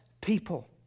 people